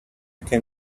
can